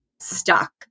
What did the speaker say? stuck